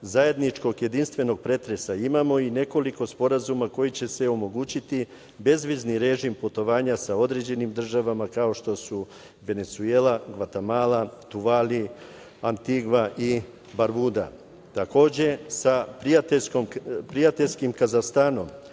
zajedničkog jedinstvenog pretresa imamo i nekoliko sporazuma koji će omogućiti bezvizni režim putovanja sa određenim državama, kao što su Venecuela, Gvatemala, Tuvali, Antigva i Barbuda. Takođe, sa prijateljskim Kazahstanom